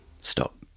Stop